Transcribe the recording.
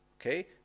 Okay